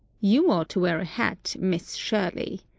you ought to wear a hat, miss shirley.